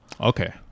okay